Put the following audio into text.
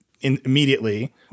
immediately